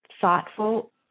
thoughtful